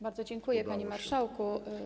Bardzo dziękuję, panie marszałku.